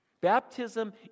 Baptism